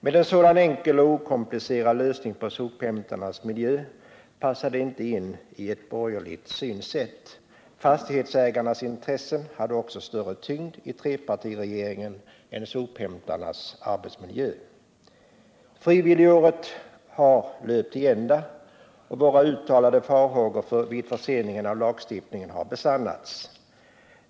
Men en sådan enkel och okomplicerad lösning på sophämtarnas miljöproblem passade inte in i ett borgerligt synsätt. Fastighetsägarnas intressen hade också större tyngd i trepartiregeringen än sophämtarnas arbetsmiljö. Frivilligåret har löpt till ända och våra uttalade farhågor vid förseningen av lagstiftningen har besannats.